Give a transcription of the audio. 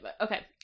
Okay